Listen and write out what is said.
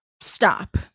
stop